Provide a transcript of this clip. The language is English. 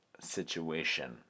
situation